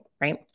right